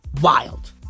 Wild